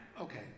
okay